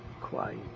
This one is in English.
quiet